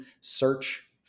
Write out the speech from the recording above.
search